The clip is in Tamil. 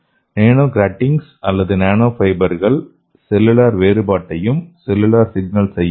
நானோகிராட்டிங்ஸ் அல்லது நானோ ஃபைபர்கள் செல்லுலார் வேறுபாட்டையும் செல்லுலார் சிக்னலையும் தூண்டக்கூடும்